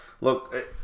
look